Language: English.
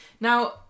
Now